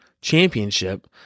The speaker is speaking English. championship